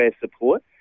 support